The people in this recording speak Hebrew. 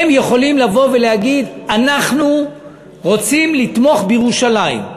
הם יכולים לבוא ולהגיד: אנחנו רוצים לתמוך בירושלים.